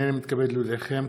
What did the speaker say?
הנני מתכבדת להודיעכם,